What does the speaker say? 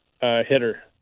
Hitter